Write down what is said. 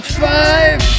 five